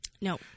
No